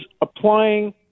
applying